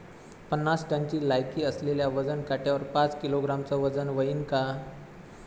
पन्नास टनची लायकी असलेल्या वजन काट्यावर पाच किलोग्रॅमचं वजन व्हईन का?